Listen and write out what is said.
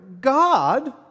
God